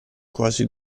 quasi